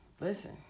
Listen